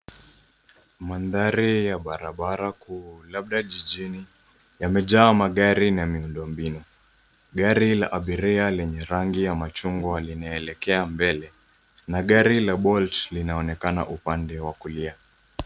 Mandhari ya barabara kuu, labda jijini, yamejawa magari na miundombinu. Gari la abiria lenye rangi ya machungwa lineelekea mbele na gari la bolt linaonekana upande wa kulia.